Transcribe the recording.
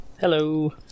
Hello